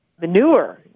manure